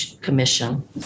Commission